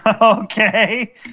Okay